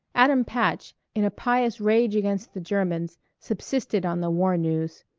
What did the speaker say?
adam patch, in a pious rage against the germans, subsisted on the war news.